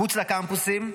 מחוץ לקמפוסים,